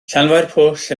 llanfairpwll